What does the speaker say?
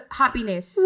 happiness